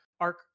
arc